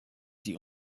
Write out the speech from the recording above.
die